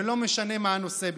ולא משנה בכלל מה הנושא.